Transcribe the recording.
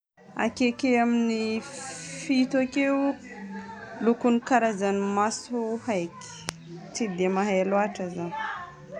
Akeke amin'ny fito akeo lokon'ny karazagn'ny maso haiky. Tsy dia mahay loatra zaho.